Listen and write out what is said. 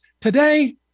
today